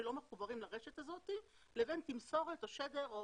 שלא מחוברים לרשת הזאת לבין תמסורת או שדר או